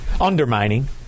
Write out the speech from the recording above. undermining